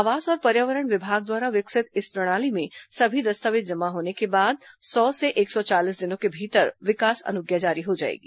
आवास और पर्यावरण विभाग द्वारा विकसित इस प्रणाली में सभी दस्तावेज जमा होने के बाद सौ से एक सौ चालीस दिनों के भीतर विकास अनुज्ञा जारी हो जाएगी